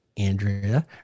Andrea